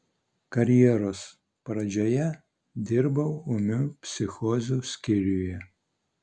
karjeros pradžioje dirbau ūmių psichozių skyriuje